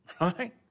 right